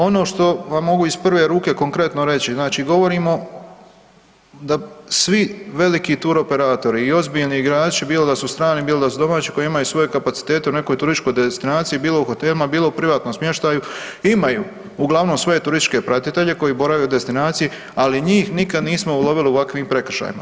Ono što vam mogu iz prve ruke konkretno reći, znači govorimo da svi veliki turoperatori i ozbiljni igrači bilo da su strani, bilo da su domaći koji imaju svoje kapacitete u nekoj turističkoj destinaciji, bilo u hotelima, bilo u privatnom smještaju, imaju uglavnom svoje turističke pratitelje koji borave u destinaciji ali njih nikad nismo ulovili u ovakvim prekršajima.